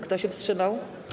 Kto się wstrzymał?